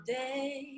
day